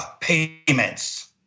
payments